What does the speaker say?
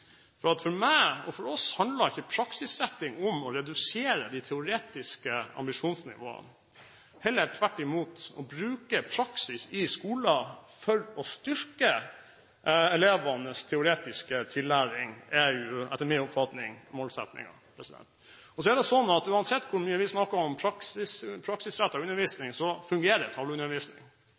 For meg – og for oss – handler ikke praksisretting om å redusere det teoretiske ambisjonsnivået, heller tvert imot. Å bruke praksis i skolen for å styrke elevenes teoretiske tillæring er etter min oppfatning målsettingen. Så er det sånn at uansett hvor mye vi snakker om praksisrettet undervisning, fungerer tavleundervisning. Det er et fryktelig lite sexy utspill og neppe noen valgvinner, men tavleundervisning fungerer